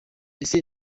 ese